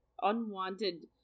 unwanted